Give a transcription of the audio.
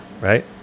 right